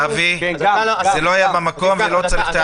אבי, זה לא היה במקום ולא צריך את ההערה